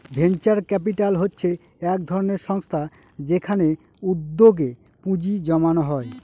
venture capital হচ্ছে এক ধরনের সংস্থা যেখানে উদ্যোগে পুঁজি জমানো হয়